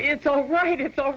it's all right it's all